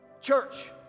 Church